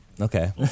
okay